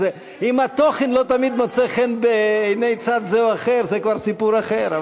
אז אם התוכן לא תמיד מוצא חן בעיני צד זה או אחר זה כבר סיפור אחר,